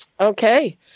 Okay